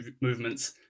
movements